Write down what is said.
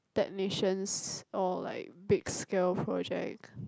technicians or like big skill project